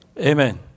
Amen